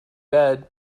bed